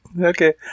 Okay